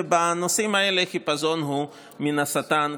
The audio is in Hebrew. ובנושאים האלה החיפזון הוא מן השטן,